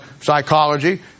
psychology